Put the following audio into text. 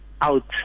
out